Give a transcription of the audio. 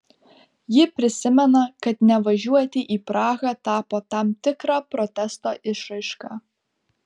ji prisimena kad nevažiuoti į prahą tapo tam tikra protesto išraiška